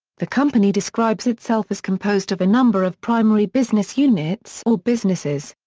the company describes itself as composed of a number of primary business units or businesses.